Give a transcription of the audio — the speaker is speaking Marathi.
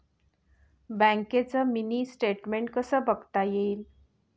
बँकेचं मिनी स्टेटमेन्ट कसं बघता येईल?